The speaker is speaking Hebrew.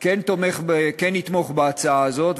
ותיקים כן יתמוך בהצעה הזאת.